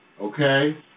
okay